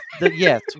yes